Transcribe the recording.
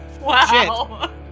Wow